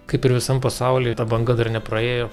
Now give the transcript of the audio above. kaip ir visam pasauliui ta banga dar nepraėjo